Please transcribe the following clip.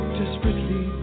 desperately